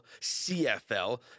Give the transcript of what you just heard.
CFL